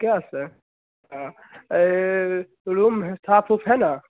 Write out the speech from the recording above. कैस हाँ रूम है साफ उफ है न